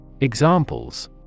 Examples